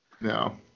No